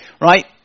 right